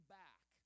back